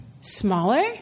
smaller